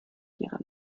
ihre